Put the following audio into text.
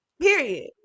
period